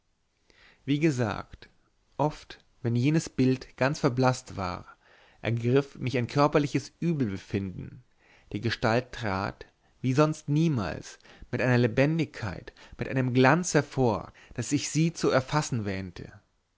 wie gesagt oft wenn jenes bild ganz verblaßt war ergriff mich ein körperliches übelbefinden die gestalt trat wie sonst niemals mit einer lebendigkeit mit einem glanz hervor daß ich sie zu erfassen wähnte